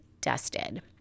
dusted